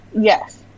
Yes